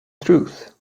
truth